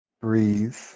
breathe